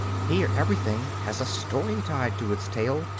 here everything has a story tied to its tail,